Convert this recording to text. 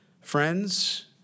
friends